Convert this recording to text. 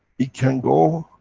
it can go,